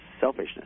selfishness